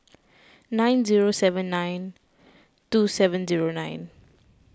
nine zero seven nine two seven zero nine